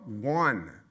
one